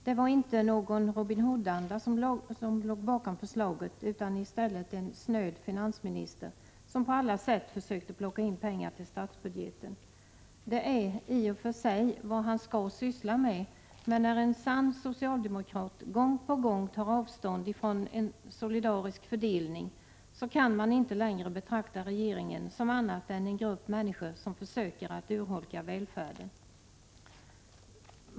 Det var inte någon Robin Hood-anda som låg bakom förslaget utan i stället en snål finansminister, som på alla sätt försökte plocka in pengar till statsbudgeten. Det är i och för sig vad han skall syssla med, men när en sann socialdemokrat gång på gång tar avstånd från solidarisk fördelning, kan man inte längre betrakta regeringen som annat än en grupp människor som försöker att urholka välfärden.